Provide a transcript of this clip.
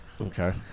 Okay